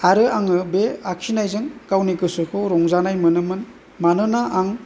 आरो आङो बे आखिनायजों गावनि गोसोखौ रंजानाय मोनोमोन मानोना आं